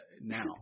now